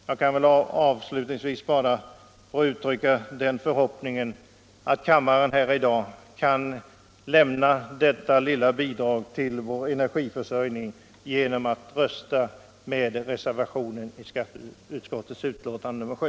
Jag vill avslutningsvis bara uttrycka den förhoppningen att kammaren i dag lämnar ett litet bidrag till vår energiförsörjning genom att rösta för reservationen i skatteutskottets betänkande nr 7.